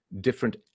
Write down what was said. different